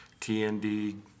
TND